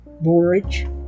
borage